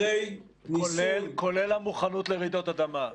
כולל המוכנות לרעידות אדמה.